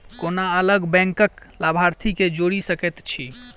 कोना अलग बैंकक लाभार्थी केँ जोड़ी सकैत छी?